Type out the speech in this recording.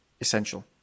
essential